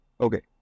Okay